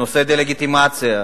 נושא הדה-לגיטימציה.